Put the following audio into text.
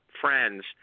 friends